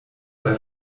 bei